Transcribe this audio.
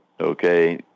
okay